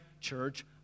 church